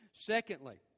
Secondly